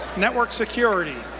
network security.